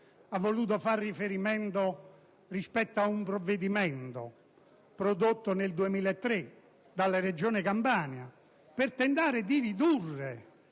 voluto far riferimento a un provvedimento adottato nel 2003 dalla Regione Campania per tentare di ridurre